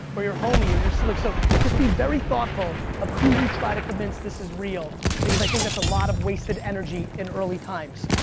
or your homie or your sibling. so, just be very thoughtful of who you try to convince this is real because i think that's a lot of wasted energy in early times.